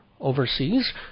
overseas